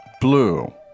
Blue